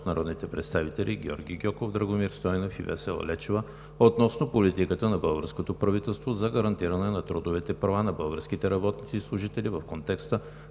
народните представители Георги Гьоков, Драгомир Стойнев и Весела Лечева, относно политиката на българското правителство за гарантиране на трудовите права на българските работници и служители в контекста